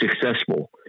successful